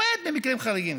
למעט במקרים חריגים.